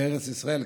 בארץ ישראל,